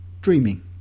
Dreaming